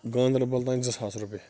گانٛدربل تانۍ زٕ ساس رۄپیہِ